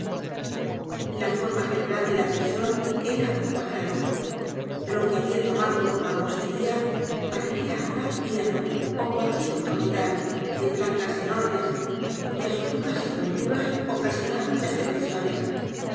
la forma general de la prisión era un cuadrado lo que había tomado por manipostería parecía ahora hierro ó cualquier otro metal de placas enormes cuyas suturas y j u n t u r a s ocasionaban las depresiones